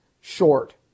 short